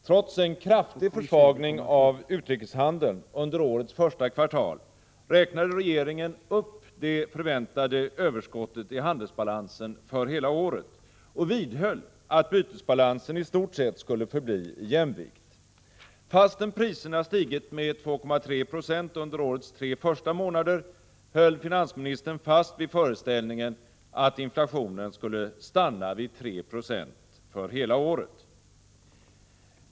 Trots en kraftig försvagning av utrikeshandeln under årets första kvartal räknade regeringen upp det förväntade överskottet i handelsbalansen för hela året och vidhöll att bytesbalansen i stort sett skulle förbli i jämvikt. Fastän priserna stigit med 2,3 20 under årets tre första månader höll finansministern fast vid föreställningen att inflationen skulle stanna vid 3 96 för hela året.